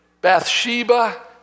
Bathsheba